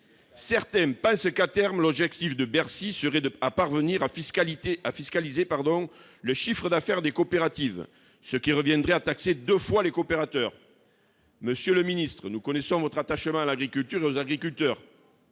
Certains pensent qu'à terme l'objectif de Bercy serait de parvenir à fiscaliser le chiffre d'affaires des coopératives, ce qui reviendrait à taxer deux fois les coopérateurs. Monsieur le ministre, nous connaissons votre attachement à l'agriculture et aux agriculteurs.